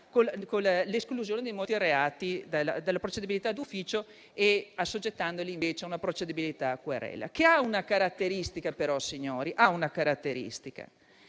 con l'esclusione di molti reati dalla procedibilità d'ufficio e assoggettandoli invece a una procedibilità a querela. Tuttavia, tale realtà ha una caratteristica.